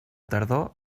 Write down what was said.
tardor